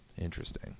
Interesting